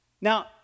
Now